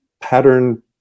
pattern